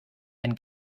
ein